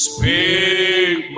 Speak